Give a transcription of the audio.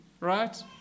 Right